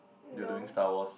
no